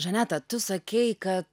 žaneta tu sakei kad